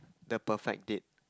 the perfect date